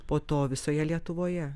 po to visoje lietuvoje